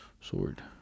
sword